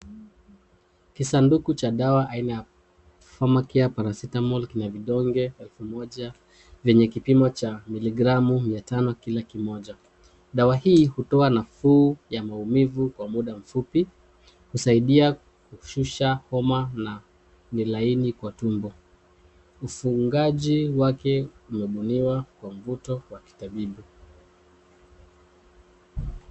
Kisanduku cha dawa aina ya Pharmacare Paracetamol kina vidonge elfu moja, vyenye kipimo cha miligramu mia tano kila kimoja. Dawa hii hutoa nafuu ya maumivu kwa muda mfupi. Husaidia kushusha homa na ni laini kwa tumbo. Ufungaji wake umebuniwa kwa mvuto wa kitabibu.